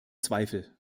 zweifel